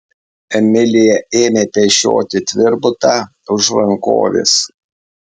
emilija ėmė pešioti tvirbutą už rankovės